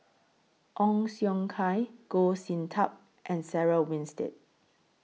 Ong Siong Kai Goh Sin Tub and Sarah Winstedt